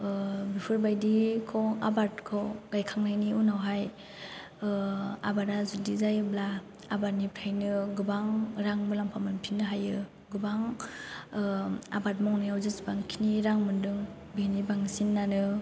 ओह बेफोरबायदिखौ आबादखौ गायखांनायनि उनावहाय ओह आबादा जुदि जायोब्ला आबादनिफ्राइनो गोबां रां मुलाम्फा मोनफिननो हायो गोबां ओह आबाद मावनायाव जिसिबां खिनि रां मोनदों बिनि बांसिनानो